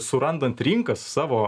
surandant rinkas savo